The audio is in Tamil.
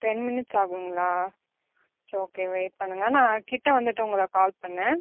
டென் மினிட்ஸ் ஆகும்ங்களா சரி ஓகே வெயிட் பண்ணுங்கள் நான் கிட்டே வந்துவிட்டு உங்களை கால் பண்ணேன்